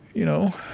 you know?